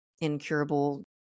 incurable